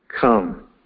Come